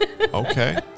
Okay